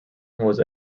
was